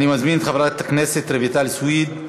אני מזמין את חברת הכנסת רויטל סויד.